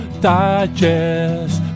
digest